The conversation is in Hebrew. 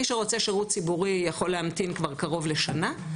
מי שרוצה שירות ציבורי יכול להמתין כבר קרוב לשנה,